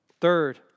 Third